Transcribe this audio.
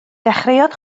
dechreuodd